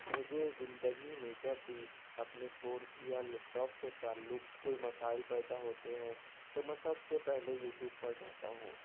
مجھے زندگی میں جب بھی اپنے فون یا لیپٹاپ سے تعلق کوئی مسائل پیدا ہوتے ہیں تو میں سب سے پہلے یوٹوب پر جاتا ہوں